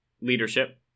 leadership